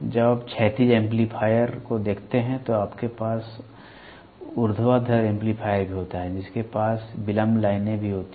जब आप क्षैतिज एम्पलीफायर को देखते हैं तो आपके पास ऊर्ध्वाधर एम्पलीफायर भी होता है जिसमें आपके पास विलंब लाइनें भी होती हैं